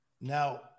Now